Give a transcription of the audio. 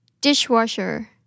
Dishwasher